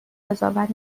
قضاوت